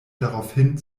daraufhin